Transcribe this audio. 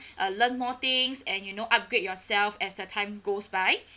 uh learn more things and you know upgrade yourself as the time goes by